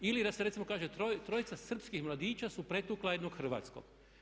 Ili da se recimo kaže trojica srpskih mladića su pretukla jednog hrvatskog.